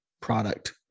product